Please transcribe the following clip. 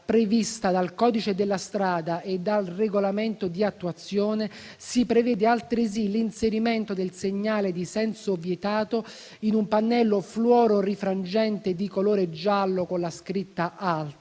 prevista dal codice della strada e dal regolamento di attuazione si prevede, altresì, l'inserimento del segnale di senso vietato in un pannello fluororifrangente di colore giallo con la scritta ALT,